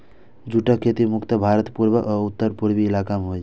जूटक खेती मुख्यतः भारतक पूर्वी आ उत्तर पूर्वी इलाका मे होइ छै